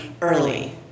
early